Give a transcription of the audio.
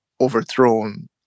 overthrown